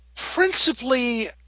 Principally